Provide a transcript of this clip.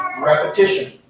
repetition